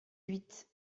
huit